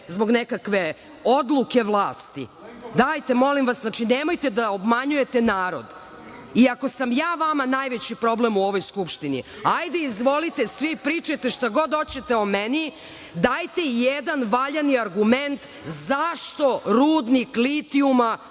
zbog nekakve odluke vlasti. Dajte, molim vas, nemojte da obmanjujete narod. Ako sam ja vama najveći problem u ovoj Skupštini, hajde izvolite, svi pričajte šta god hoćete o meni, dajte jedan valjani argument zašto rudnik litijuma